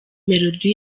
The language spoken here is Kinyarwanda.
melodie